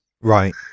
Right